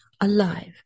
alive